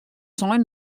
sein